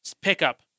Pickup